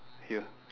here